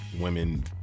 women